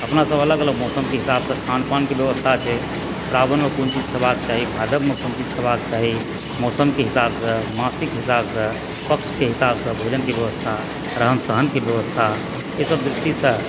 अपना सभ अलग अलग मौसमके हिसाबसँ खानपानके व्यवस्था छै श्रावणमे कोन चीज खयबाक चाही भादवमे कोन चीज खयबाक चाही मौसमके हिसाबसँ मासिक हिसाबसँ पक्षके हिसाबसँ भोजनके व्यवस्था रहन सहनके व्यवस्था ई सम दृष्टिसँ